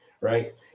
right